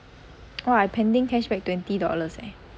!wah! I pending cashback twenty dollars eh